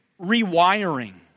rewiring